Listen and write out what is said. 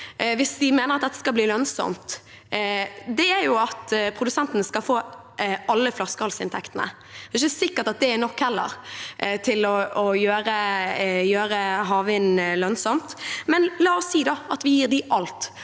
hvis de mener at dette skal bli lønnsomt, er jo at produsenten skal få alle flaskehalsinntektene. Det er ikke sikkert at det heller er nok til å gjøre havvind lønnsomt, men la oss si at vi gir dem alt.